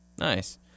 Nice